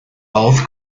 both